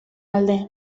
alde